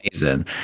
amazing